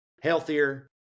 healthier